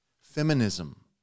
Feminism